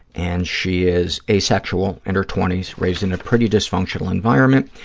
and she is asexual, in her twenty s, raised in a pretty dysfunctional environment.